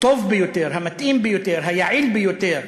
הטוב ביותר, המתאים ביותר, היעיל ביותר,